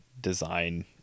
design